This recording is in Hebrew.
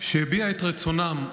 שהביע את רצונן,